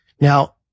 Now